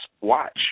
watch